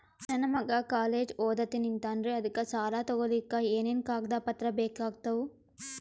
ನನ್ನ ಮಗ ಕಾಲೇಜ್ ಓದತಿನಿಂತಾನ್ರಿ ಅದಕ ಸಾಲಾ ತೊಗೊಲಿಕ ಎನೆನ ಕಾಗದ ಪತ್ರ ಬೇಕಾಗ್ತಾವು?